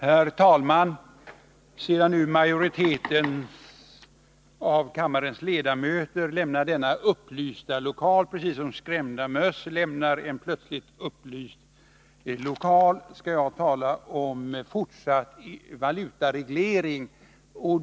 Herr talman! När nu majoriteten av kammarens ledamöter lämnar denna upplysta lokal precis som skrämda möss lämnar en plötsligt upplyst lokal, skall jag tala om fortsatt valutareglering.